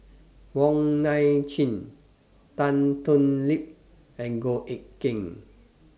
Wong Nai Chin Tan Thoon Lip and Goh Eck Kheng